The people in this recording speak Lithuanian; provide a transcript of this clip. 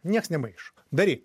nieks nemaišo daryk